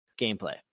gameplay